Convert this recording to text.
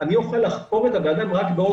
אני אוכל לחקור את הבן אדם רק בעוד